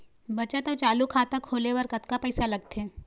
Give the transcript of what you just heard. बचत अऊ चालू खाता खोले बर कतका पैसा लगथे?